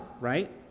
right